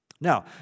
Now